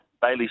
Bailey